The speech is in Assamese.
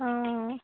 অঁ